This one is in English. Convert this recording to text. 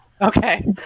okay